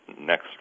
next